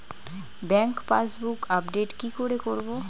Bank passbook update কি করে করবো?